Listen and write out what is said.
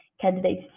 candidates